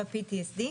ב-PTSD.